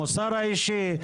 המוסר האישי.